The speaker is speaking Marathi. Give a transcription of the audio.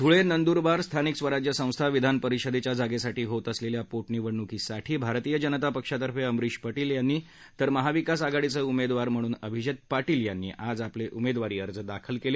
धुळे नंदूरबार स्थानिक स्वराज्य संस्था विधान परिषदेच्या जागेसाठी होत असलेल्या पोट निवडणुकीसाठी भारतीय जनता पक्षातर्फे अमरिश पटेल यांनी तर महाविकास आघाडीचे उमेदवार म्हणून अभिजीत पाटील यांनी आज आपले उमेदवारी अर्ज दाखल केले